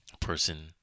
person